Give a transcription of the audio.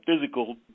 physical